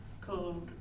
called